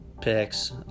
picks